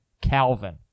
Calvin